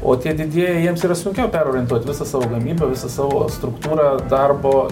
o tie didieji jiems yra sunkiau perorientuot visą savo gamybą visą savo struktūrą darbo